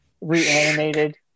Reanimated